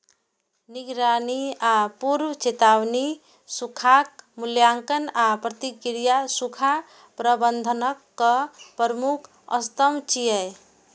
निगरानी आ पूर्व चेतावनी, सूखाक मूल्यांकन आ प्रतिक्रिया सूखा प्रबंधनक प्रमुख स्तंभ छियै